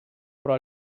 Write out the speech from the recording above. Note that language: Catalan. però